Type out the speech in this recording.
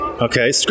Okay